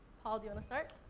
paul, do you wanna start?